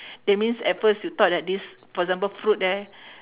that means at first you thought that this for example fruit there